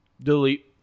Delete